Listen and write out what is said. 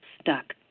stuck